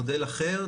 מודל אחר,